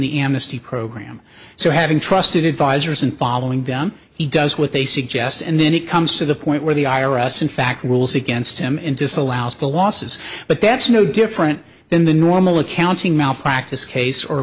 the amnesty program so having trusted advisers and following them he does what they suggest and then it comes to the point where the i r s in fact rules against him in disallows the losses but that's no different than the normal accounting malpractise case or